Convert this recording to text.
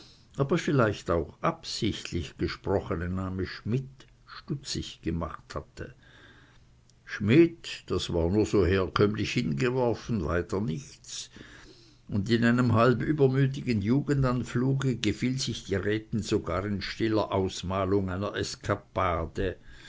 aber vielleicht auch absichtlich gesprochene name schmidt stutzig gemacht hatte schmidt das war nur so herkömmlich hingeworfen weiter nichts und in einem halb übermütigen jugendanfluge gefiel sich die rätin sogar in stiller ausmalung einer